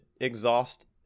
exhaust